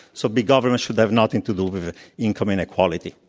so big government should have nothing to do with income inequality.